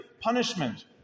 punishment